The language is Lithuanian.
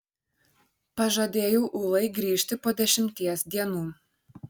pažadėjau ulai grįžti po dešimties dienų